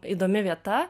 įdomi vieta